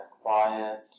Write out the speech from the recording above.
quiet